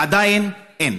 עדיין אין.